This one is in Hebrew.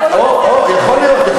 אוה, יכול להיות.